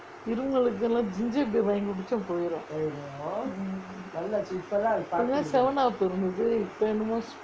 இருமலுக்கு லாம்:irumalukku laam ginger beer வாங்கி குடிச்சா போயிரும்:vaangi kudichaa poirum mm இப்பே லாம்:ippae laam seven up uh ரொம்ப பேரு இப்பே என்னமோ:romba peru ippae ennamo